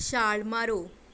ਛਾਲ ਮਾਰੋ